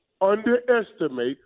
underestimate